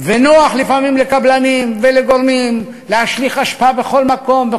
ונוח לפעמים לקבלנים ולגורמים להשליך אשפה בכל מקום,